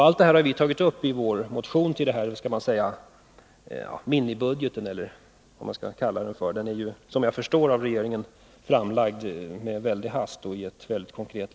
Allt detta har vi tagit upp i vår motion i anledning av denna vad jag vill kalla minibudget, som regeringen har lagt fram.